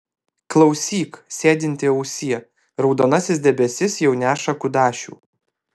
klausyk sėdinti ausie raudonasis debesis jau neša kudašių